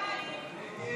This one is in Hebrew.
הסתייגות 853 לא נתקבלה.